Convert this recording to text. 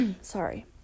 sorry